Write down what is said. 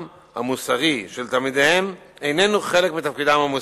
המוסרי של תלמידיהם איננו חלק מתפקידם המוסרי.